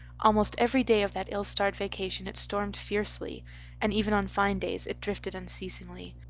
almost every day of that ill-starred vacation it stormed fiercely and even on fine days it drifted unceasingly.